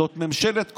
זאת ממשלת קורונה,